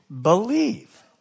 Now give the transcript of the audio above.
believe